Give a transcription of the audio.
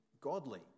godly